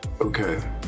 Okay